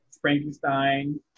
Frankenstein